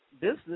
business